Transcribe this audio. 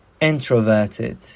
introverted